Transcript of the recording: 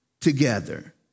together